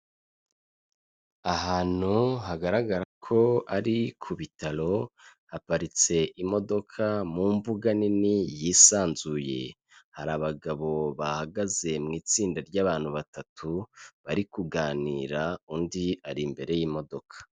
Ahantu hagaragara ko ari ku bitaro, haparitse imodoka mu mbuga nini yisanzuye, hari abagabo bahagaze mu itsinda ry'abantu batatu bari kuganira, undi ari imbere y'imodoka.